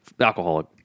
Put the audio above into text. alcoholic